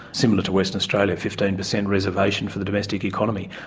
similar to western australia, fifteen percent reservation for the domestic economy.